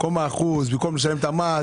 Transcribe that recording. במקום האחוז, במקום לשלם את המס.